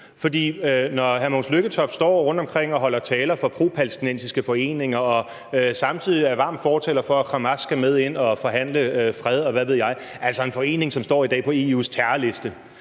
for når hr. Mogens Lykketoft står rundtomkring og holder taler for propalæstinensiske foreninger og samtidig er varm fortaler for, at Hamas skal med ind og forhandle fred, og hvad ved jeg – altså en forening, som i dag står på EU's terrorliste